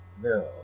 No